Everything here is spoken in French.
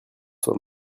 soit